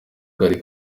kari